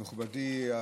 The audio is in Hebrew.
מכובדי,